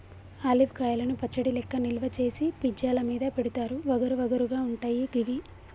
olive కాయలను పచ్చడి లెక్క నిల్వ చేసి పిజ్జా ల మీద పెడుతారు వగరు వగరు గా ఉంటయి గివి